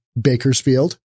Bakersfield